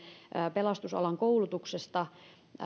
pelastusalan koulutuksesta